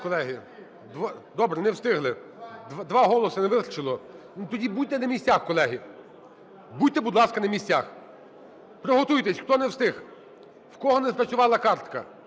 Добре. Не встигли. Два голоси не вистачило. Тоді будьте на місцях, колеги. Будьте, будь ласка, на місцях. Приготуйтесь. Хто не встиг, у кого не спрацювала картка,